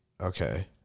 okay